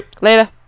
Later